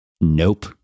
Nope